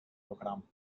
programm